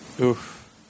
Oof